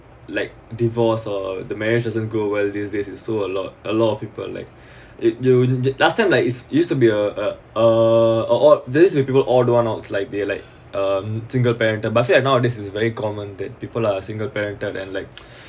like divorce or the marriage doesn't go well these days so a lot a lot of people like it during the last time like it's used to be a uh uh these you people are one out like they are like um single parented but I feel now this is very common that people are single parented and like